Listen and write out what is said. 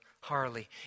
Harley